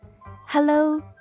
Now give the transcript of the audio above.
Hello